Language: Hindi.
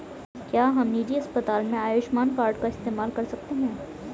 क्या हम निजी अस्पताल में आयुष्मान कार्ड का इस्तेमाल कर सकते हैं?